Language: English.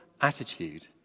attitude